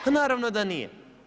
Pa naravno da nije.